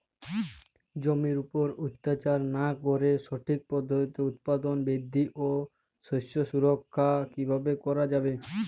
জমির উপর অত্যাচার না করে সঠিক পদ্ধতিতে উৎপাদন বৃদ্ধি ও শস্য সুরক্ষা কীভাবে করা যাবে?